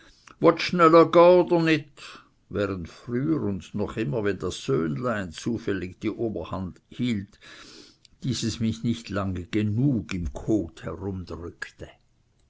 während früher und noch immer wenn das söhnchen zufällig die oberhand erhielt dieses mich nie lange genug im kot